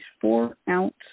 four-ounce